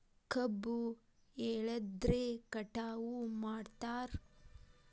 ಕಬ್ಬು ಎದ್ರಲೆ ಕಟಾವು ಮಾಡ್ತಾರ್?